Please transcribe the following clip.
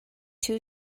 two